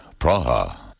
Praha